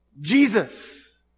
Jesus